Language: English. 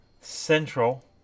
Central